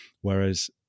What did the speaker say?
Whereas